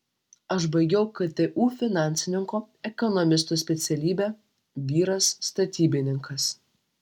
aš baigiau ktu finansininko ekonomisto specialybę vyras statybininkas